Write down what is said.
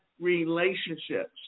relationships